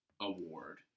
award